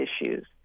issues